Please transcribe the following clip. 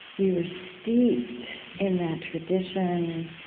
we were steeped in that tradition,